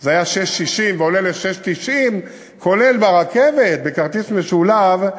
זה 6.60, ועולה ל-6.90, כולל ברכבת בכרטיס משולב,